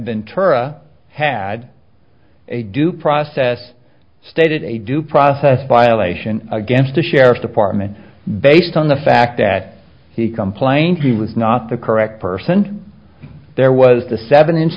ventura had a due process stated a due process by aleisha against the sheriff's department based on the fact that he complained he was not the correct person there was the seven inch